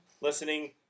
listening